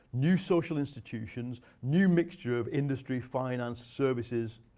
new social institutions, new mixture of industry, finance, services,